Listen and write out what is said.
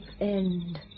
end